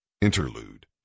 Interlude